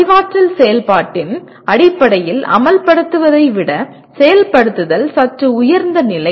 அறிவாற்றல் செயல்பாட்டின் அடிப்படையில் அமல்படுத்துவதை விட செயல்படுத்துதல் சற்று உயர்ந்த நிலை